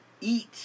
eat